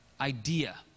idea